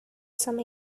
some